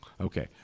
Okay